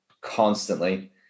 constantly